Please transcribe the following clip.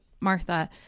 Martha